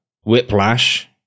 Whiplash